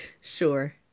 sure